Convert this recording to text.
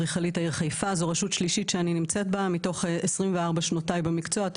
זו רשות שלישית שאני נמצאת בה מתוך 24 שנותיי במקצוע,